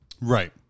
right